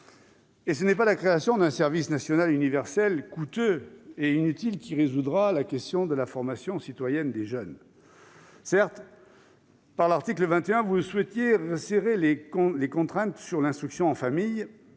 Ce n'est pas la création d'un service national universel, coûteux et inutile, qui résoudra la question de la formation citoyenne des jeunes. Certes, par l'article 21, vous souhaitez resserrer les contraintes sur l'instruction en famille